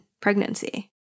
pregnancy